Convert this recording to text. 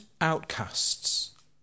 outcasts